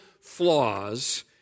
flaws